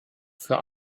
für